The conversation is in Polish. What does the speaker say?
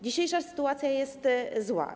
Dzisiejsza sytuacja jest zła.